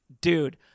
dude